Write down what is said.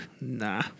Nah